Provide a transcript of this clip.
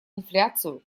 инфляцию